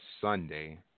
Sunday